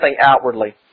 outwardly